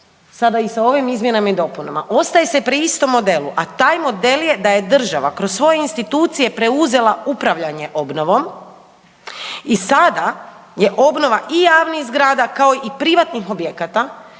sada i sa ovim izmjenama i dopunama ostaje se pri istom modelu, a taj model je da je država kroz svoje institucije preuzela upravljanje obnovom i sada je obnova i javnih zgrada kao i privatnih objekata